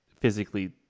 physically